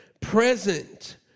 present